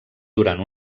durant